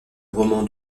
roman